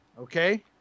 Okay